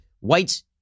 whites